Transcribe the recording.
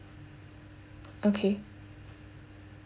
okay